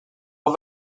aux